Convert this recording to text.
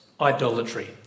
idolatry